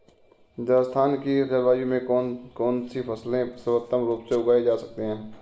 राजस्थान की जलवायु में कौन कौनसी फसलें सर्वोत्तम रूप से उगाई जा सकती हैं?